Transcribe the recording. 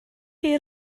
chi